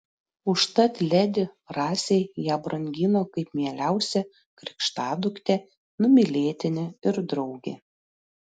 užtat ledi rasei ją brangino kaip mieliausią krikštaduktę numylėtinę ir draugę